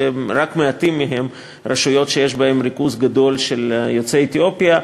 ורק במעטות מהן יש ריכוז גדול של יוצאי אתיופיה.